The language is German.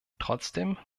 trotzdem